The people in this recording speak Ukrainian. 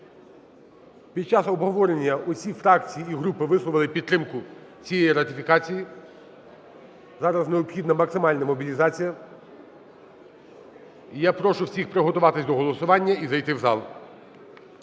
Під час обговорення усі фракції і групи висловили підтримку цієї ратифікації. Зараз необхідна максимальна мобілізація. І я прошу всіх приготуватись до голосування і зайти в зал.